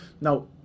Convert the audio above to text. Now